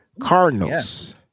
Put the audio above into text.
Cardinals